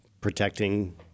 protecting